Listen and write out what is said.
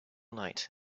night